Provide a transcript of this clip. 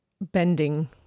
bending